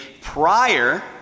prior